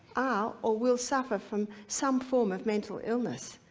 ah or will suffer from some form of mental illness,